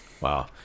Wow